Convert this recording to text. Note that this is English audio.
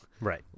Right